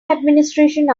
administration